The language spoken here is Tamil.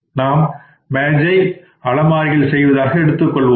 நாம் மேஜை அலமாரியிகள் செய்வதாக எடுத்துக்கொள்வோம்